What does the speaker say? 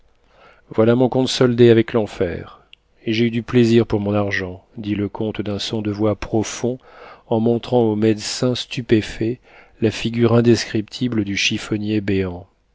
voilà mon compte soldé avec l'enfer et j'ai eu du plaisir pour mon argent dit le comte d'un son de voix profond en montrant au médecin stupéfait la figure indescriptible du chiffonnier béant